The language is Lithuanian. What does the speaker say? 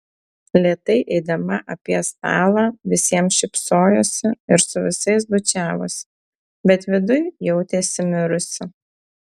lėtai eidama apie stalą visiems šypsojosi ir su visais bučiavosi bet viduj jautėsi mirusi